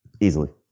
Easily